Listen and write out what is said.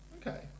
Okay